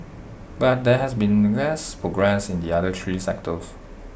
but there has been less progress in the other three sectors